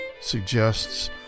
suggests